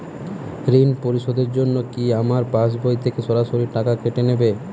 ঋণ পরিশোধের জন্য কি আমার পাশবই থেকে সরাসরি টাকা কেটে নেবে?